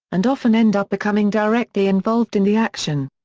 and often end up becoming directly involved in the action.